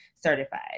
certified